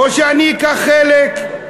בוא, שאני אקח חלק.